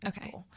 okay